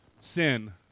sin